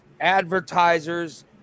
advertisers